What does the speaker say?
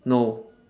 no